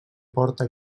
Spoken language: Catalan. porta